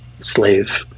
Slave